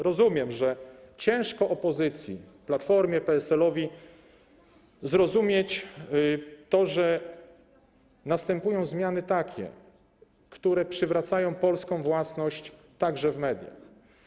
Rozumiem, że ciężko opozycji, Platformie, PSL-owi, zrozumieć to, że następują zmiany, które przywracają polską własność także w mediach.